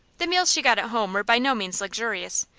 the meals she got at home were by no means luxurious,